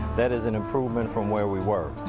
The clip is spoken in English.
that is an improvement from where we were.